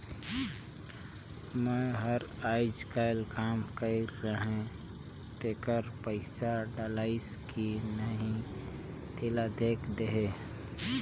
मै हर अईचकायल काम कइर रहें तेकर पइसा डलाईस कि नहीं तेला देख देहे?